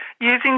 using